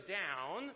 down